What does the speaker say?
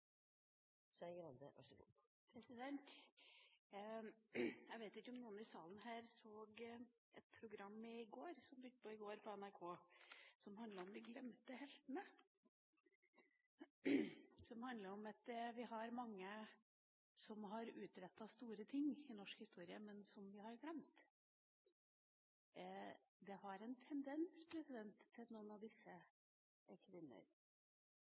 Jeg vet ikke om noen i salen her så et program som begynte på NRK i går, som handlet om de glemte heltene, om at vi har mange som har utrettet store ting i norsk historie, men som vi har glemt. Det er en tendens at noen av disse er kvinner.